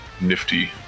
nifty